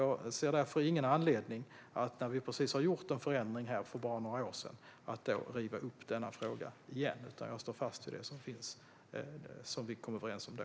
Jag ser därför ingen anledning att riva upp grundlagsöverenskommelsen när det gäller den här frågan. Jag står fast vid det som vi kom överens om då.